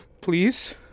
Please